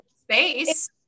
space